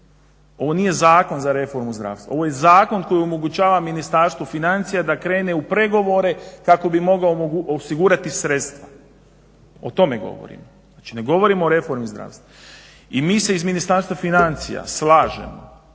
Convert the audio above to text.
ovo nije zakon za reformu zdravstva. Ovo je zakon koji omogućava Ministarstvu financija da krene u pregovore kako bi mogao osigurati sredstva o tome govori, znači ne govori o reformi zdravstva. I mi se iz Ministarstva financija slažemo